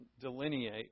delineate